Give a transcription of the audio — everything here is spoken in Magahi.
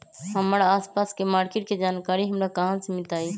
हमर आसपास के मार्किट के जानकारी हमरा कहाँ से मिताई?